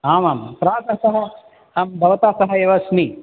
आमाम् प्रातः स अहं भवतः सह एव अस्मि